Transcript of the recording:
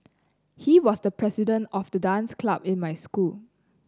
he was the president of the dance club in my school